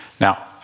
Now